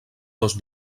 dos